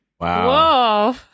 Wow